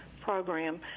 program